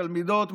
תלמידות,